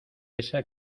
esa